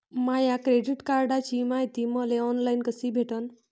माया credit कार्डची मायती मले ऑनलाईन कसी भेटन?